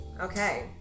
Okay